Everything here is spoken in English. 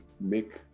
make